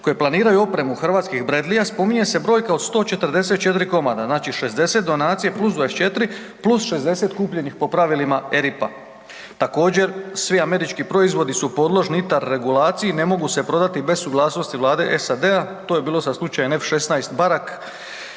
koje planiraju opremu hrvatskih Bradleya spominje se brojka od 144 komada. Znači 60 donacija plus 24 plus 60 kupljenih po pravilima ERICA. Također svi američki proizvodi su podložni ITAR regulaciji ne mogu se prodati bez suglasnosti vlade SAD-a to je bilo sa slučajem F16 Barak.